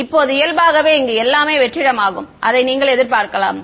இப்போது இயல்பாகவே இங்கு எல்லாமே வெற்றிடமாகும் அதை நீங்கள் எதிர்பார்க்கலாம்